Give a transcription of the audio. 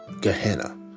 Gehenna